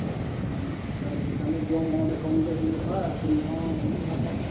ᱪᱟᱥ ᱞᱮᱠᱷᱟᱱ ᱪᱟᱥ ᱞᱮᱠᱷᱟᱱ ᱫᱚ ᱡᱚᱢ ᱦᱚᱸ ᱚᱸᱰᱮᱠᱷᱚᱱ ᱜᱮ ᱦᱩᱭᱩᱜᱼᱟ ᱟᱹᱠᱷᱟᱨᱤᱧ ᱦᱚᱸ ᱦᱩᱭᱩᱜᱼᱟ ᱛᱟᱢ